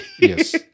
Yes